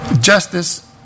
justice